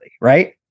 Right